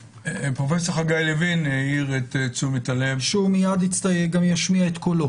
פרופ' חגי לוין העיר את תשומת הלב --- שהוא מיד גם ישמיע את קולות.